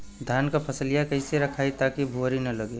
धान क फसलिया कईसे रखाई ताकि भुवरी न लगे?